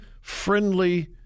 friendly